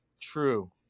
true